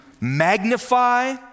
magnify